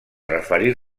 referir